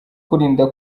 kwirinda